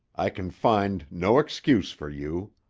i can find no excuse for you.